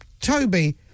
Toby